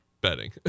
betting